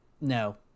no